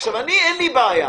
אין לי בעיה